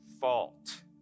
fault